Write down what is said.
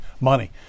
money